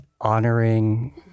honoring